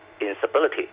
instability